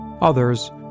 Others